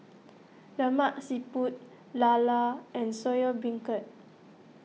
Lemak Siput Llala and Soya Beancurd